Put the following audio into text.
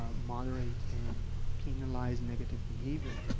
ah moderate and penalize negative behavior,